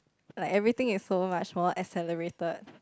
like everything is so much more accelerated